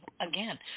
again